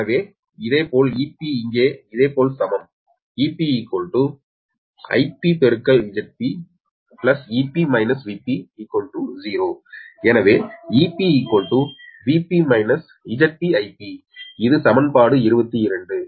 எனவே இதேபோல் Ep இங்கே இதேபோல் சமம் 𝑬𝒑 𝑰𝒑∗ 𝒁𝒑 𝑬𝒑−𝑽𝒑0 எனவே 𝑬𝒑 𝑽𝒑−𝒁𝒑∗ 𝑰𝒑 இது சமன்பாடு 22